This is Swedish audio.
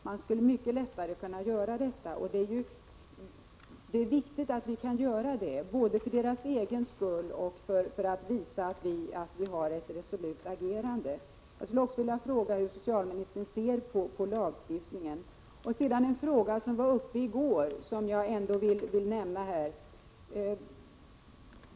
Man skulle mycket lättare kunna ta hand om dem, och det är viktigt att kunna göra det både för deras egen skull och för att visa ett resolut agerande. Jag skulle alltså vilja fråga hur socialministern ser på den lagstiftningen. Sedan en fråga som var uppe i går men som jag ändå vill nämna nu.